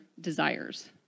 desires